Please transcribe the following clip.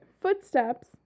Footsteps